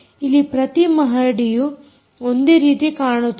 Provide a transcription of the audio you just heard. ಇಲ್ಲಿ ಪ್ರತಿ ಮಹಡಿಯು ಒಂದೇ ರೀತಿ ಕಾಣುತ್ತದೆ